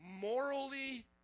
morally